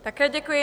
Také děkuji.